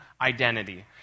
identity